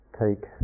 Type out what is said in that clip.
take